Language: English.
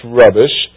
rubbish